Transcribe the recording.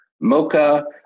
Mocha